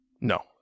No